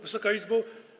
Wysoka Izbo!